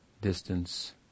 distance